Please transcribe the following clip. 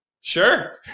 sure